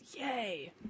Yay